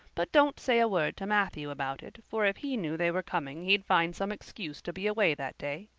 but don't say a word to matthew about it, for if he knew they were coming he'd find some excuse to be away that day.